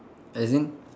as in